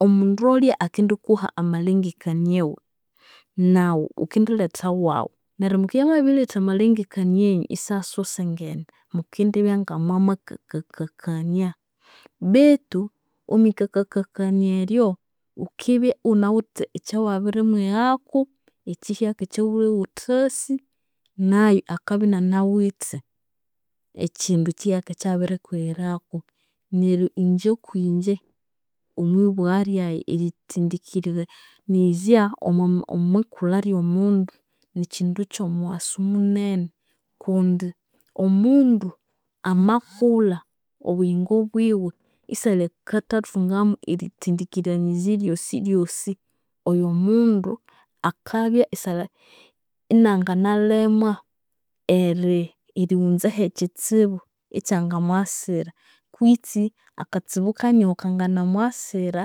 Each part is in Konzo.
Omundu olya akendikuha amalengekania wiwe, naghu ghukendiletha awaghu. Neryo mukendibya mwabiriletha amalengikanianyu isasosengene mukendibya ngamwamakakakania. Betu omwikakakania eryo, ghukendibya ighunawithe ekyawabirimwighaku ekyihyaka ekyaghulhwe ighuthasi, nayu akabya inyanawithe ekyindu ekyihyaka ekyabirikwighiraku. Neryo inje omwibugha lyayi erithendikiriranizya omwikulha lyomundu nikyindu kyomughasu munene. Kundi omundu amakulha obuyingo bwiwe isali akathathungamu erikiriranizya eryosiryosi. Oyo omundu akabya inanginalemwa erighunzahu ekyitsibu ekyangamwasira kwitsi akatsibu kanyoho kanginamwasira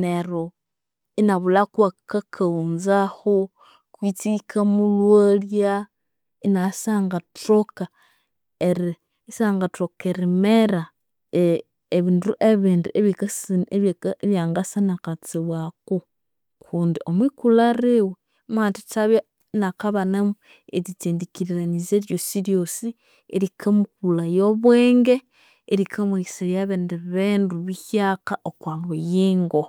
neryo inabulha kwakakaghunzahu, kwitsi ikamulhwalya inabya isangathoka erimera ebindu ebindi ebyangasa nakatsibu aku kundi omwikulha liwe, mwathithabya iniakabanamu erithendikiriranizya eryosoryosi erikamukulhaya obwenge, erikamweghesaya ebindi bindu bihyaka okwabuyingo.